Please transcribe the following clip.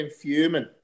fuming